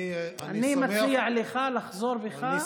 אני מציע לך לחזור בך.